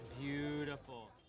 Beautiful